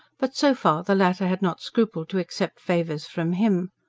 but, so far, the latter had not scrupled to accept favours from him.